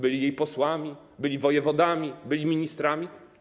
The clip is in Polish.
Byli jej posłami, byli wojewodami, byli ministrami?